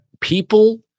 people